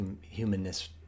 humanness